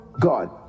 God